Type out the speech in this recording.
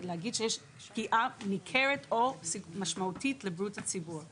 יש לנו באמת שיחה עם שר האוצר בנושא הזה.